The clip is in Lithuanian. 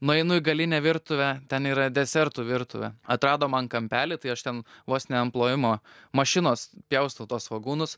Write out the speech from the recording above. nueinu į galinę virtuvę ten yra desertų virtuvė atrado man kampelį tai aš ten vos ne an plovimo mašinos pjaustau tuos svogūnus